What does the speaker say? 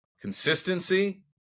consistency